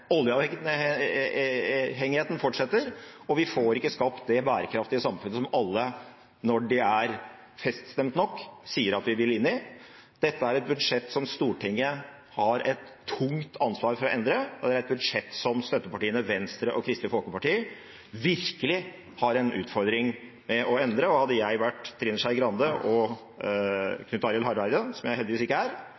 Oljeavhengigheten fortsetter, og vi får ikke skapt det bærekraftige samfunnet som alle, når de er feststemt nok, sier at de vil inn i. Dette er et budsjett som Stortinget har et tungt ansvar for å endre, og det er et budsjett som støttepartiene Venstre og Kristelig Folkeparti virkelig har en utfordring med å endre. Hadde jeg vært Trine Skei Grande